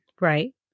right